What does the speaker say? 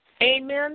Amen